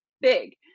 big